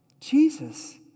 Jesus